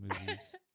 movies